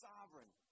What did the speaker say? Sovereign